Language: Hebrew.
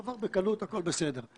עבר בקלות והכול בסדר.